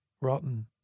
Rotten